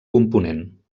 component